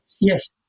Yes